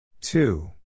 two